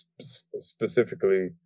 specifically